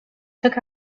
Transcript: took